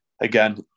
again